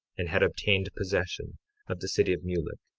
and had obtained possession of the city of mulek,